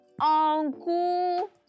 uncle